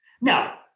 Now